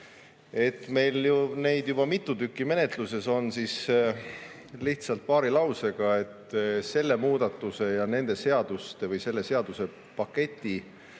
meil on neid mitu tükki juba menetluses, siis lihtsalt paari lausega. Selle muudatuse ja nende seaduste või selle seadusepaketi